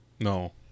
No